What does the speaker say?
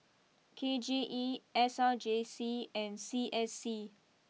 K J E S R J C and C S C